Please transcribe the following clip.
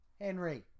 Henry